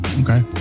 Okay